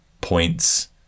points